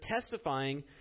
testifying